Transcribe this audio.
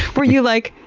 were you like,